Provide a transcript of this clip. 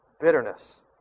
Bitterness